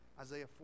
Isaiah